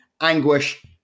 anguish